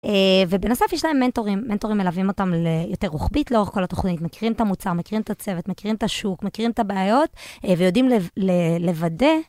ובנוסף יש להם מנטורים, מנטורים מלווים אותם ליותר רוחבית לאורך כל התוכנית, מכירים את המוצר, מכירים את הצוות, מכירים את השוק, מכירים את הבעיות ויודעים לוודא.